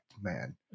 man